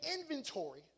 inventory